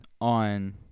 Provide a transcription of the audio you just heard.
on